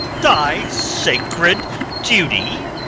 thy sacred duty,